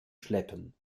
schleppen